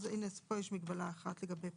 אז פה יש מגבלה אחת לגבי פנדמיה.